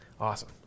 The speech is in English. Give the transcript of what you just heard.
Awesome